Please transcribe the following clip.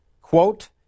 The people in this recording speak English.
quote